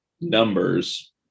numbers